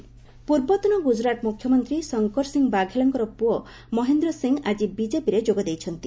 ବାଘେଲା BJP ପୂର୍ବତନ ଗୁଜରାଟ ମୁଖ୍ୟମନ୍ତ୍ରୀ ଶଙ୍କରସିଂ ବାଘେଲାଙ୍କ ପୁଅ ମହେନ୍ଦ୍ର ସିଂ ଆଳି ବିଜେପିରେ ଯୋଗ ଦେଇଛନ୍ତି